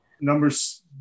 Numbers